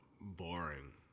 boring